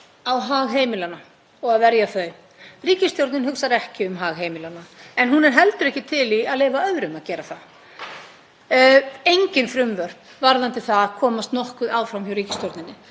á hag heimilanna og að verja þau. Ríkisstjórnin hugsar ekki um hag heimilanna en hún er heldur ekki til í að leyfa öðrum að gera það. Engin frumvörp varðandi það komast nokkuð áfram hjá ríkisstjórninni.